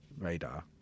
radar